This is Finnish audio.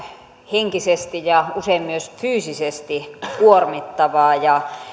henkisesti ja usein myös fyysisesti kuormittavaa